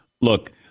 look